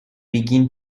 begin